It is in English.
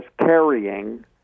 carrying